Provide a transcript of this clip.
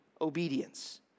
obedience